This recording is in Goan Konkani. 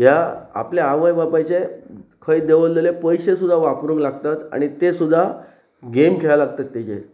ह्या आपल्या आवय बापायचे खंय दवललेले पयशे सुद्दा वापरूंक लागतात आनी ते सुद्दा गेम खेळ लागतात तेजेर